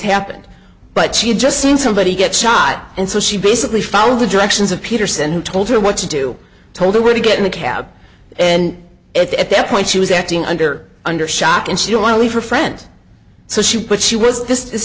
happened but she had just seen somebody get shot and so she basically found the directions of peterson who told her what to do told her where to get in the cab and at that point she was acting under under shock and she want to leave her friends so she put she was just this